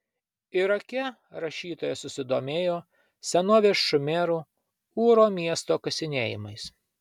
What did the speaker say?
irake rašytoja susidomėjo senovės šumerų ūro miesto kasinėjimais